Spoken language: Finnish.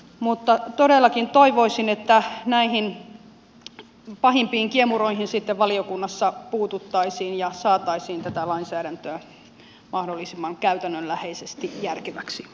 mutta todellakin toivoisin että näihin pahimpiin kiemuroihin sitten valiokunnassa puututtaisiin ja saataisiin tätä lainsäädäntöä mahdollisimman käytännönläheisesti järkeväksi